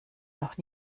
noch